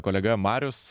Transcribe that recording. kolega marius